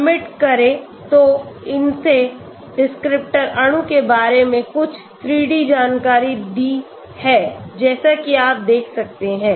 submit करें तो इसने डिस्क्रिप्टर अणु के बारे में कुछ 3 डी जानकारी दी है जैसा कि आप देख सकते हैं